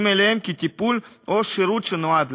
אליהם כטיפול או שירות שנועד להם.